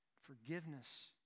forgiveness